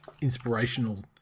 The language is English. inspirational